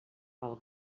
pel